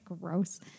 gross